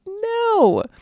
No